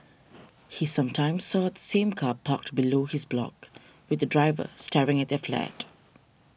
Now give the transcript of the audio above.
he sometimes saw the same car parked below his block with the driver staring at their flat